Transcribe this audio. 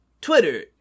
Twitter